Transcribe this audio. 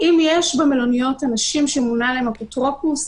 האם יש בהן אנשים שמונה להם אפוטרופוס?